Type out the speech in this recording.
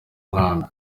nkambi